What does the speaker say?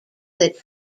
that